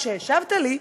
שהשבת לי,